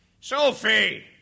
Sophie